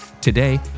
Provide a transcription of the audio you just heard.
today